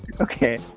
Okay